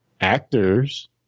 actors